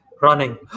running